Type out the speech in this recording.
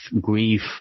grief